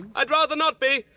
i'd rather not be.